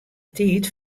tiid